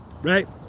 right